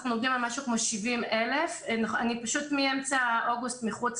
אנחנו עומדים על משהו כמו 70,000. פשוט מאמצע אוגוסט מחוץ